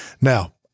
now